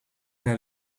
naar